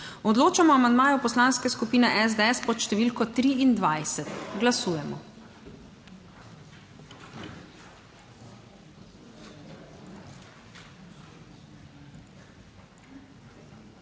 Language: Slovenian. Odločamo o amandmaju Poslanske skupine SDS pod številko 8. Glasujemo.